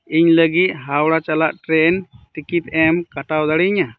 ᱤᱧ ᱞᱟᱹᱜᱤᱫ ᱦᱟᱣᱲᱟ ᱪᱟᱞᱟᱜ ᱴᱨᱮᱱ ᱴᱤᱠᱤᱴ ᱮᱢ ᱠᱟᱴᱟᱣ ᱫᱟᱲᱮᱭᱟᱹᱧᱟ